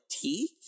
teeth